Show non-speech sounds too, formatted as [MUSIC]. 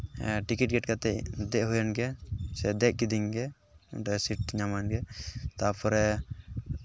ticket ᱜᱮᱫ ᱠᱟᱛᱮᱫ ᱫᱮᱡ ᱦᱩᱭᱮᱱ ᱜᱮᱭᱟ ᱥᱮ ᱫᱮᱡ ᱠᱤᱫᱤᱧ ᱜᱮᱭᱟᱭ [UNINTELLIGIBLE] ᱛᱟᱨᱯᱚᱨᱮ